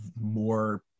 more